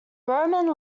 roman